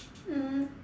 mm